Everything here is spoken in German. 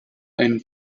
ein